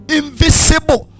invisible